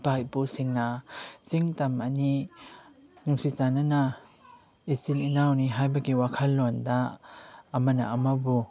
ꯏꯄꯥ ꯏꯄꯨꯁꯤꯡꯅ ꯆꯤꯡ ꯇꯝ ꯑꯅꯤ ꯅꯨꯡꯁꯤ ꯆꯥꯟꯅꯅ ꯏꯆꯤꯜ ꯏꯅꯥꯎꯅꯤ ꯍꯥꯏꯕꯒꯤ ꯋꯥꯈꯜꯂꯣꯟꯗ ꯑꯃꯅ ꯑꯃꯕꯨ